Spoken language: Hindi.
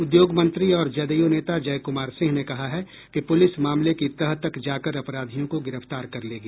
उद्योग मंत्री और जदयू नेता जय कुमार सिंह ने कहा है कि पुलिस मामले की तह तक जाकर अपराधियों को गिरफ्तार कर लेगी